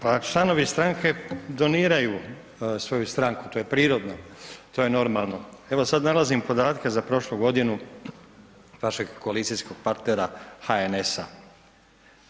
Kažete pa članovi stranke doniraju svoju stranku, to je prirodno, to je normalno, evo sad nalazim podatke za prošlu godinu vašeg koalicijskog partnera HNS-a.